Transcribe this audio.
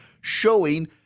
showing